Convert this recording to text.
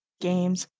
games,